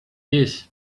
this